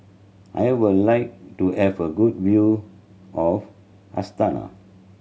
I would like to have a good view of Astana